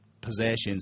possessions